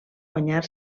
guanyar